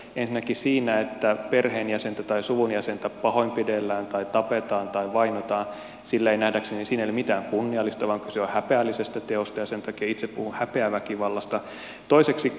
ensinnäkin siinä että perheenjäsentä tai suvun jäsentä pahoinpidellään tai tapetaan tai vainotaan nähdäkseni ei ole mitään kunniallista vaan kyse on häpeällisestä teosta ja sen takia itse puhun häpeäväkivallasta